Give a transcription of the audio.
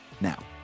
now